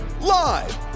live